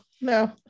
no